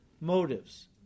motives